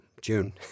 June